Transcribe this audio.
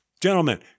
Gentlemen